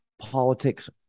politics